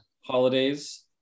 holidays